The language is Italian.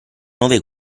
nove